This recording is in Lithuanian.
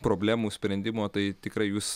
problemų sprendimo tai tikrai jūs